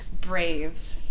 brave